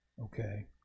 okay